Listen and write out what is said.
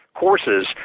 courses